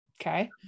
Okay